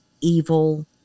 evil